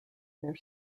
their